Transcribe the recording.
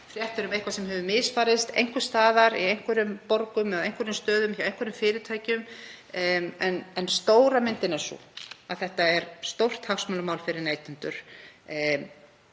markaði, fréttir um eitthvað sem hefur misfarist einhvers staðar, í einhverjum borgum eða á einhverjum stöðum, hjá einhverjum fyrirtækjum. En stóra myndin er sú að þetta er stórt hagsmunamál fyrir neytendur.